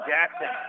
Jackson